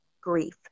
grief